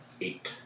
eight